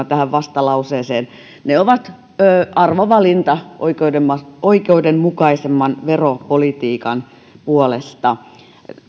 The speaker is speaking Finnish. tähän vastalauseeseen ne ovat arvovalinta oikeudenmukaisemman oikeudenmukaisemman veropolitiikan puolesta